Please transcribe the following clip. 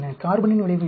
கார்பனின் விளைவு என்ன